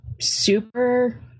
super